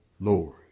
Lord